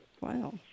Wow